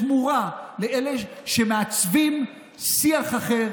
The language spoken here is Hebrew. להעניק תמורה לאלה שמעצבים שיח אחר